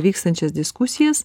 vykstančias diskusijas